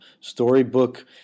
storybook